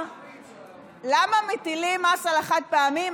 למה מטילים מס על החד-פעמי?